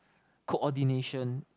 coordination